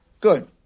Good